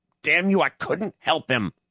damn you, i couldn't help him!